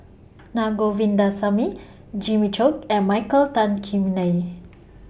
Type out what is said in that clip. Na Govindasamy Jimmy Chok and Michael Tan Kim Nei